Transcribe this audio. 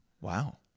Wow